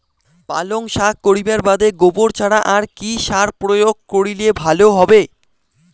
পালং শাক করিবার বাদে গোবর ছাড়া আর কি সার প্রয়োগ করিলে ভালো হবে?